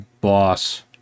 boss